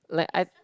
like I